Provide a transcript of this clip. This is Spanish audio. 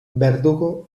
verdugo